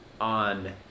on